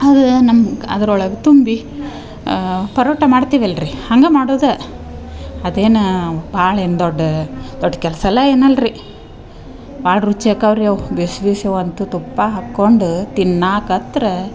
ಅದು ನಮ್ಗ ಅದ್ರೊಳಗೆ ತುಂಬಿ ಪರೋಟ ಮಾಡ್ತಿವೆಲ್ಲ ರಿ ಹಂಗೆ ಮಾಡೋದು ಅದೇನ ಭಾಳ್ ಏನು ದೊಡ್ಡ ದೊಡ್ಡ ಕೆಲಸ ಅಲ್ಲ ಏನು ಅಲ್ರಿ ಭಾಳ್ ರುಚಿಯಾಕವು ರಿ ಅವು ಬಿಸಿ ಬಿಸೇವ್ ಅಂತು ತುಪ್ಪ ಹಾಕೊಂಡು ತಿನ್ನಾಕೆ ಹತ್ರ